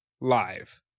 live